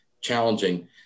challenging